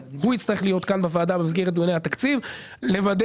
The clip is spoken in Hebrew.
יצטרך להיות בוועדה במסגרת דיוני התקציב כדי לוודא